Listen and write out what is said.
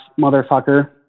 motherfucker